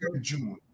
June